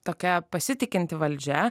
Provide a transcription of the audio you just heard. tokia pasitikinti valdžia